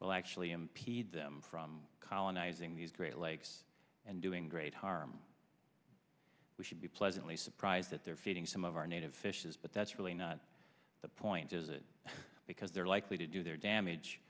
will actually impede them from colonizing the great lakes and doing great harm we should be pleasantly surprised that they're feeding some of our native fishes but that's really not the point is it because they're likely to do their damage